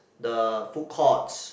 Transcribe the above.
the food courts